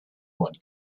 one